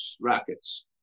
rockets